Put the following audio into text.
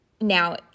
now